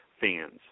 fans